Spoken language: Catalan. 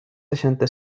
seixanta